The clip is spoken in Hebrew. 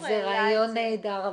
זה רעיון נהדר.